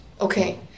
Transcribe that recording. okay